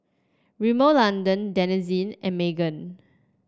Rimmel London Denizen and Megan